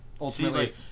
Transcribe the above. ultimately